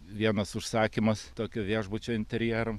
vienas užsakymas tokio viešbučio interjeram